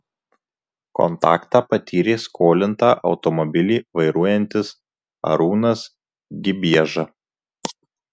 kontaktą patyrė skolinta automobilį vairuojantis arūnas gibieža